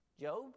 Job